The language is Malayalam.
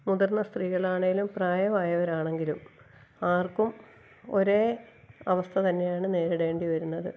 മുതിർന്ന സ്ത്രീകളാണെങ്കിലും പ്രായമായവരാണെങ്കിലും അവർക്കും ഒരേ അവസ്ഥ തന്നെയാണ് നേരിടേണ്ടിവരുന്നത്